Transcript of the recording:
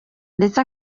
ndetse